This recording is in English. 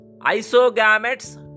isogametes